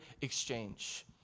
exchange